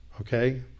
okay